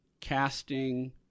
casting